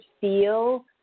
feel